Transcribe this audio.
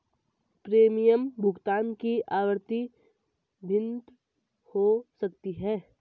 premium भुगतान की आवृत्ति भिन्न हो सकती है